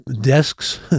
desks